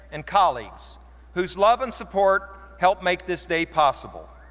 and colleagues whose love and support helped make this day possible.